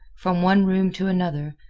from one room to another,